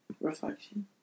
Reflection